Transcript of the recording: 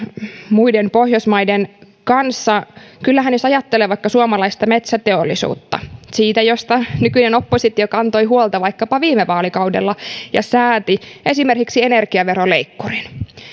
muiden pohjoismaiden kanssa kyllähän jos ajattelee vaikka suomalaista metsäteollisuutta siitä nykyinen oppositio kantoi huolta vaikkapa viime vaalikaudella ja sääti esimerkiksi energiaveroleikkurin